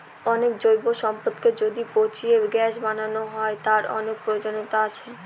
অনেক জৈব সম্পদকে যদি পচিয়ে গ্যাস বানানো হয়, তার অনেক প্রয়োজনীয়তা আছে